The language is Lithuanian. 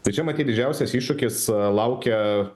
tai čia matyt didžiausias iššūkis laukia